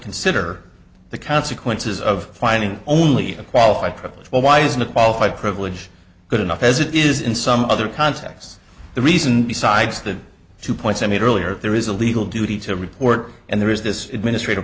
consider the consequences of finding only a qualified privilege why isn't a qualified privilege good enough as it is in some other contexts the reason besides the two points i made earlier there is a legal duty to report and there is this administrati